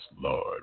Lord